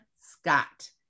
Scott